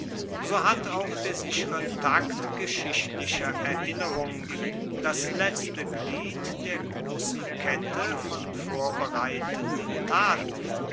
so hat auch der sichere takt geschichtlicher erinnerung das letzte glied der grossen kette von vorbereitenden taten